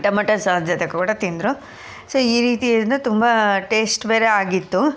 tomato sauce ಜೊತೆ ಕೂಡ ತಿಂದರು ಸೊ ಈ ರೀತಿಯಿಂದ ತುಂಬ ಟೇಸ್ಟ್ ಬೇರೆ ಆಗಿತ್ತು